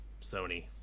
Sony